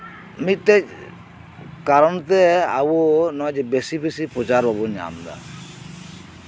ᱢᱤᱫᱴᱮᱡ ᱠᱟᱨᱚᱱᱛᱮ ᱟᱵᱚ ᱱᱚᱜ ᱚᱭ ᱡᱮ ᱵᱮᱥᱤ ᱵᱮᱥᱤ ᱯᱨᱚᱪᱟᱨ ᱵᱟᱵᱚ ᱧᱟᱢ ᱮᱫᱟ